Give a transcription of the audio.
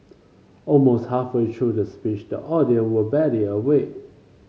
almost halfway through the speech the audience were barely awake